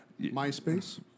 MySpace